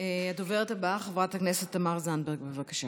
הדוברת הבאה, חברת הכנסת תמר זנדברג, בבקשה.